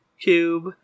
cube